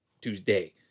Tuesday